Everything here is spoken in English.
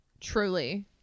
Truly